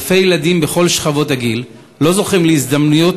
אלפי ילדים בכל שכבות הגיל לא זוכים להזדמנות